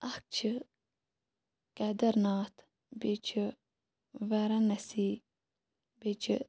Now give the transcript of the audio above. اَکھ چھ کیدَرناتھ بیٚیہِ چھ واراناسی بیٚیہِ چھ